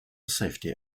safety